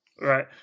Right